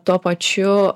tuo pačiu